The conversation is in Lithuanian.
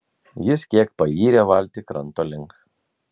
jis kiek payrė valtį kranto link